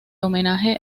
homenaje